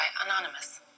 anonymous